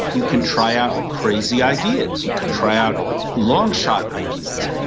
you can try out crazy ideas, you could try out long shot ideas.